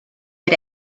had